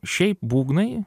šiaip būgnai